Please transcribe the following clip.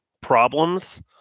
problems